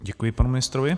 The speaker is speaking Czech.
Děkuji panu ministrovi.